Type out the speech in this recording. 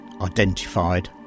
identified